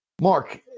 Mark